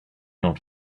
not